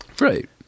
right